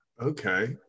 Okay